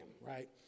right